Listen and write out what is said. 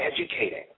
educating